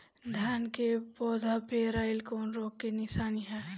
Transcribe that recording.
धान के पौधा पियराईल कौन रोग के निशानि ह?